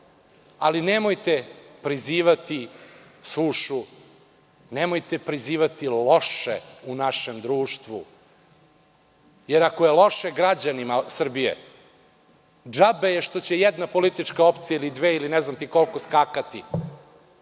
ali nemojte prizivati sušu, nemojte prizivati loše u našem društvu. Jer, ako je loše građanima Srbije, džabe je što će jedna politička opcija ili dve ili ne znam koliko skakati. Nemojmo